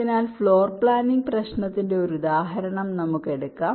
അതിനാൽ floor planning പ്രശ്നത്തിന്റെ ഒരു ഉദാഹരണം നമുക്ക് എടുക്കാം